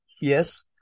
Yes